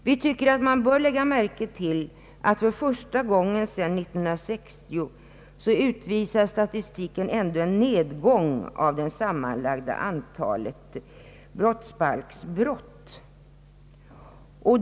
Vi tycker att man bör lägga märke till att för första gången sedan 1960 utvisar statistiken en nedgång av det sammanlagda antalet brottsbalksbrott.